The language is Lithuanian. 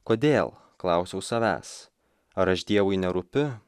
kodėl klausiau savęs ar aš dievui nerūpi